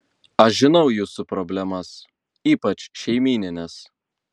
aš žinau jūsų problemas ypač šeimynines